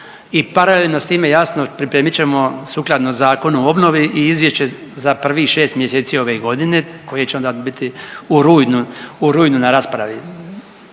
I paralelno s time jasno pripremit ćemo sukladno Zakonu o obnovi i izvješće za prvih 6 mjeseci ove godine koje će onda biti u rujnu, u rujnu na raspravi.